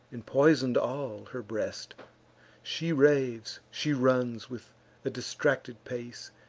and poison'd all her breast she raves, she runs with a distracted pace,